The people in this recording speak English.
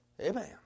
Amen